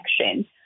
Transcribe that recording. connection